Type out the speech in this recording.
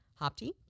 Hopti